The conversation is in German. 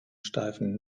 steifen